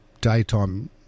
Daytime